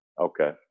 Okay